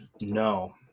No